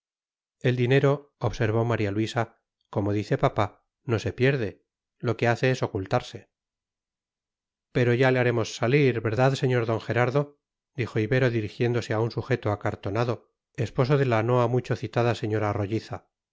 el dinero observó maría luisa como dice papá no se pierde lo que hace es ocultarse pero ya le haremos salir verdad sr don gerardo dijo ibero dirigiéndose a un sujeto acartonado esposo de la no ha mucho citada señora rolliza